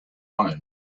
own